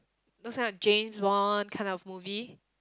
those kind of James-Bond kind of movie